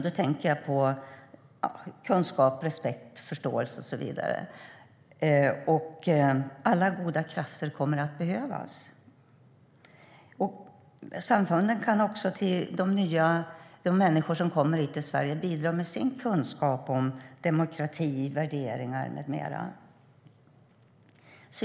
Då tänker jag på kunskap, respekt, förståelse och så vidare. Alla goda krafter kommer att behövas. Samfunden kan också bidra med sin kunskap om demokrati, värderingar med mera till de människor som kommer hit till Sverige.